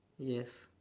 yes